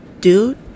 Dude